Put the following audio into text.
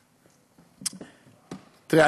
תראה,